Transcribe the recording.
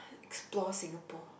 explore Singapore